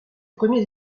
premiers